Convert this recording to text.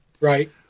Right